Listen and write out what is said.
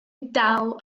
dal